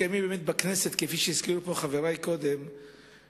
כפי שהזכירו פה חברי קודם,